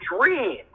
dream